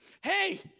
Hey